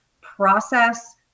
process